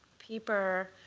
paper,